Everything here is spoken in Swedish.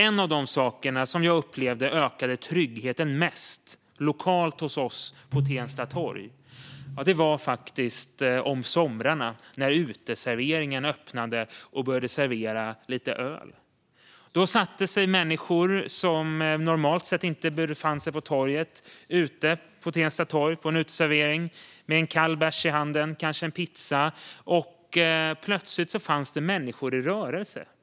En av de saker som jag upplevde ökade tryggheten mest lokalt hos oss på Tensta torg var när uteserveringarna öppnade om somrarna och började servera lite öl. Då satte sig människor, som normalt sett inte befann sig på Tensta torg, på en uteservering med en kall bärs i handen och kanske en pizza. Plötsligt fanns det människor i rörelse.